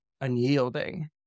unyielding